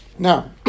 Now